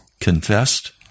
confessed